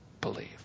believe